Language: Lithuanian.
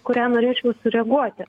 kurią norėčiau sureaguoti